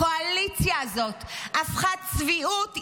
הקואליציה הזאת הפכה צביעות,